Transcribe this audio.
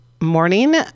morning